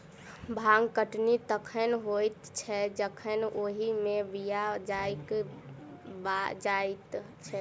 भांग कटनी तखन होइत छै जखन ओहि मे बीया पाइक जाइत छै